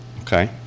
Okay